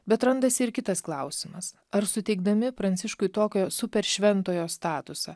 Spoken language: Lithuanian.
bet randasi ir kitas klausimas ar suteikdami pranciškui tokio super šventojo statusą